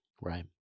Right